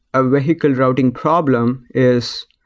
a vehicle routing problem is,